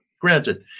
Granted